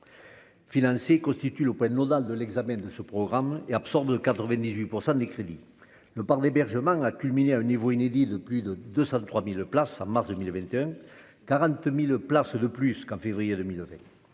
Financée constitue l'Open de l'examen de ce programme est absent de 98 % des crédits ne parle d'hébergement a culminé à un niveau inédit de plus de 203000 places en mars 2021, 40000 places de plus qu'en février 2000